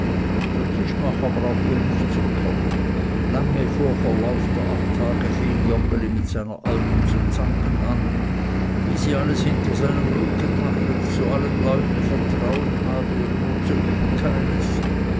der tischmacher brauchte nicht zu kommen lange vor verlauf der acht tage fing joggeli mit seiner alten zu zanken an wie sie alles hinter seinem rücken mache zu allen leuten vertrauen habe und nur zu ihm keines